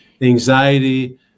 anxiety